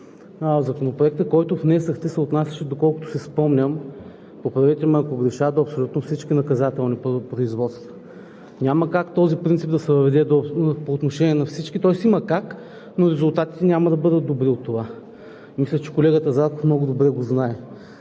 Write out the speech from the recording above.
Законопроектът, който внесохте, се отнасяше, доколкото си спомням, поправете ме, ако греша, до абсолютно всички наказателни производства. Няма как този принцип да се въведе по отношение на всички, тоест има как, но резултатите няма да бъдат добри от това. Мисля, че колегата Зарков много добре го знае.